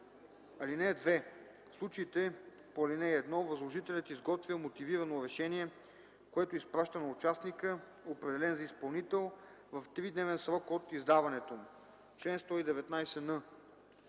(2) В случаите по ал. 1 възложителят изготвя мотивирано решение, което изпраща на участника, определен за изпълнител, в тридневен срок от издаването му. Чл. 119н.